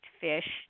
Fish